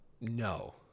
No